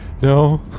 no